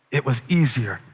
it was easier,